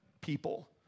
people